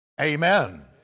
amen